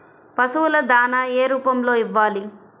పశువుల దాణా ఏ రూపంలో ఇవ్వాలి?